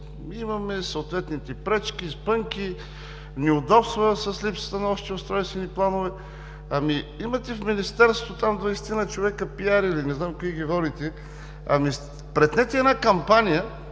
имаме съответните пречки, спънки, неудобства с липсата на общи устройствени планове. В Министерството имате двайсетина човека пиари – не знам какви ги водите, но спретнете една кампания